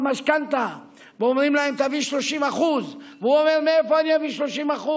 משכנתה ואומרים להם: תביאו 30%. הוא אומר: מאיפה אני אביא 30%?